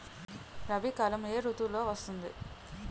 రబీ కాలం ఏ ఋతువులో వస్తుంది?